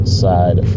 side